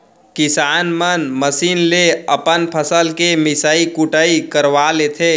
किसान मन मसीन ले अपन फसल के मिसई कुटई करवा लेथें